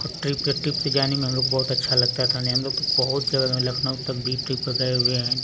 और trip trip पर तो जाने में हम लोगों को बहुत अच्छा लगता था ने हम लोग तो बहुत जगह लखनऊ तक भी ट्रिप पर गए हुए हैं